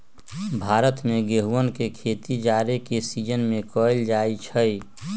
भारत में गेहूम के खेती जाड़ के सिजिन में कएल जाइ छइ